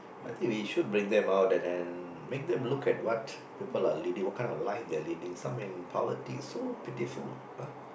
I think we should bring them out and then make them look at what people leadi~ what kind of life they are leading some in poverty so pitiful